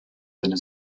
deine